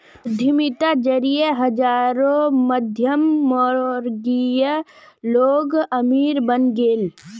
उद्यमिता जरिए हजारों मध्यमवर्गीय लोग अमीर बने गेले